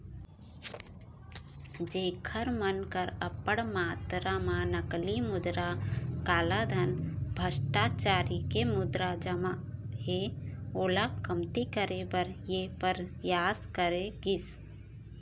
जेखर मन कर अब्बड़ मातरा म नकली मुद्रा, कालाधन, भस्टाचारी के मुद्रा जमा हे ओला कमती करे बर ये परयास करे गिस